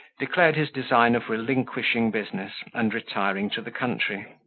declared his design of relinquishing business, and retiring to the country.